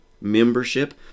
Membership